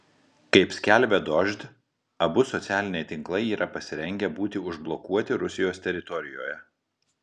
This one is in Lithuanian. kaip skelbia dožd abu socialiniai tinklai yra pasirengę būti užblokuoti rusijos teritorijoje